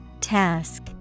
Task